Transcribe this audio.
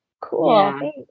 Cool